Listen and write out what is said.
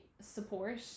support